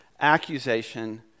Accusation